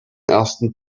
ersten